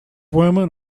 women